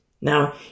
now